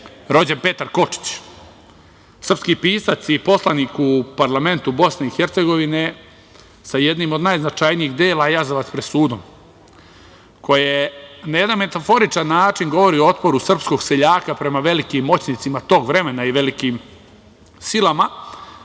rođen Petar Kočić, srpski pisac i poslanik u Parlamentu BiH sa jednim od najznačajnijih dela „Jazavac pred sudom“, koje ne jedan metaforičan način govori o otporu srpskog seljaka prema velikim moćnicima tog vremena i velikim silama.